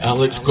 Alex